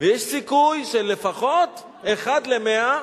ויש סיכוי של לפחות אחד למאה,